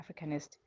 Africanist